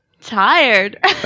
Tired